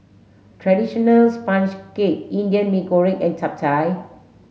traditional sponge cake Indian Mee Goreng and Chap Chai